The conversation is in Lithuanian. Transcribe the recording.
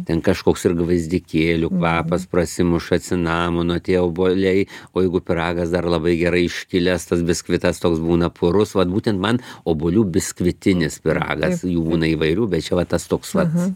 ten kažkoks ir gvazdikėlių kvapas prasimuša cinamono tie obuoliai o jeigu pyragas dar labai gerai iškilęs tas biskvitas toks būna purus vat būtent man obuolių biskvitinis pyragas jų būna įvairių bet čia va tas toks vat